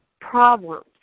problems